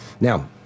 Now